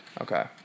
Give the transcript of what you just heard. Okay